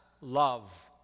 love